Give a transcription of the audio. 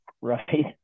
right